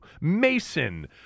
Mason